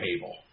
table